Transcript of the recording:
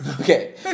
Okay